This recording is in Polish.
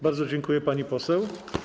Bardzo dziękuję, pani poseł.